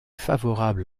favorable